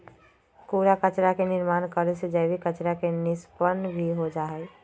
कूड़ा कचरा के निर्माण करे से जैविक कचरा के निष्पन्न भी हो जाहई